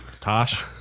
Tosh